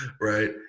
right